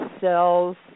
cells